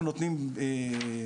אנחנו נותנים ייצור,